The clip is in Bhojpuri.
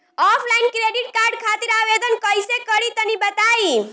ऑफलाइन क्रेडिट कार्ड खातिर आवेदन कइसे करि तनि बताई?